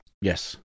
Yes